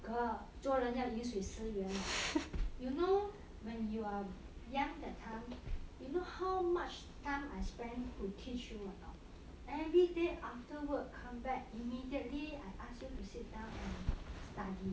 girl 做人要饮水思源 hor you know when you are young that time you know how much time I spend to teach or not everyday after work come back immediately I ask you to sit down and study